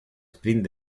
sprint